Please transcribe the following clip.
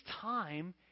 time